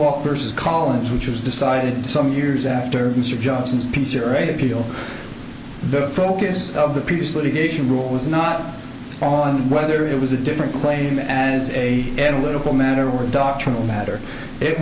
walk versus collins which was decided some years after mr johnson's peace here at appeal the focus of the previous litigation rule was not on whether it was a different claim as a analytical matter or a doctrinal matter it